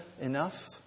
enough